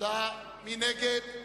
מי נגד?